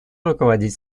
руководить